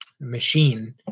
machine